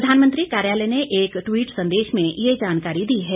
प्रधानमंत्री कार्यालय ने एक ट्वीट संदेश में यह जानकारी दी है